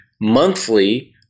monthly